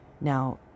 Now